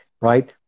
right